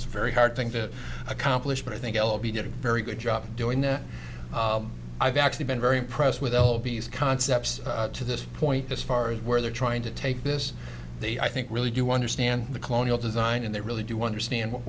is very hard thing to accomplish but i think i'll be getting a very good job of doing that i've actually been very impressed with l b s concepts to this point as far as where they're trying to take this they i think really do understand the colonial design and they really do understand what